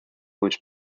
which